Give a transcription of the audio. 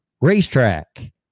racetrack